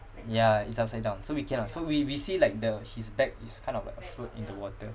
ya it's upside down so we can lah so we we see like the his back is kind of like float in the water